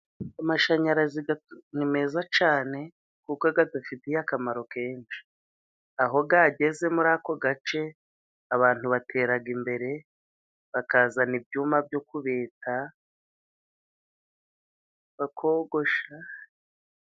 Amashanyarazi ni meza cyane, kuko adufitiye akamaro kenshi, aho yageze muri ako gace abantu batera imbere bakazana ibyuyuma byo kubeta bakogosha.